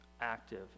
active